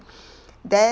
then